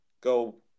go